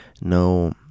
no